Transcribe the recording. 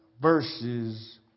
verses